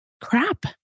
crap